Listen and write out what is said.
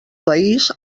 país